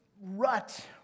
rut